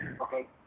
Okay